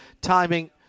timing